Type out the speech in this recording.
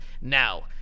Now